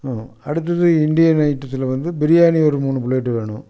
ம் அடுத்தது இந்தியன் ஐட்டத்தில் வந்து பிரியாணி ஒரு மூணு ப்ளேட்டு வேணும்